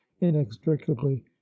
inextricably